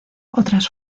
otras